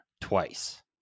twice